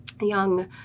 young